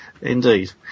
indeed